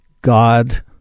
God